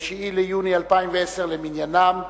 9 ביוני 2010 למניינם.